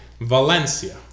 Valencia